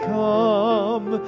come